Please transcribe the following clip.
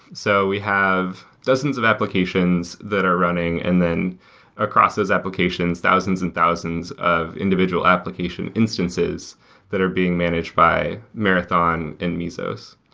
so we have dozens of applications that are running, and then across those applications, thousands and thousands of individual application instances that are being managed by marathon and mesos.